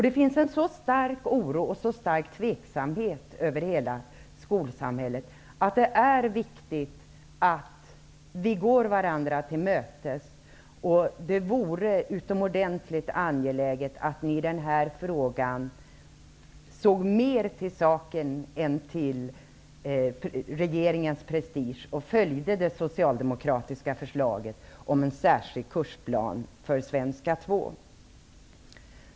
Det finns en så stark oro och en så stark tveksamhet i skolsamhället att det är viktigt att vi går varandra till mötes. Det är utomordentligt angeläget att ni borgerliga i denna fråga ser mer till saken än till regeringens prestige och följer det socialdemokratiska förslaget om en särskild kursplan för svenska 2.